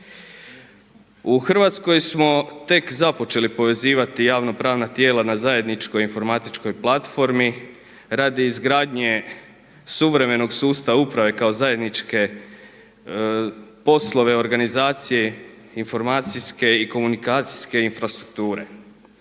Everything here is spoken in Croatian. U Hrvatskoj smo tek započeli povezivati javno pravna tijela na zajedničkoj informatičkoj platformi radi izgradnje suvremenog sustava uprave kao zajedničke poslove organizacije, informacijske i komunikacijske infrastrukture.